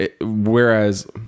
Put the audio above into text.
whereas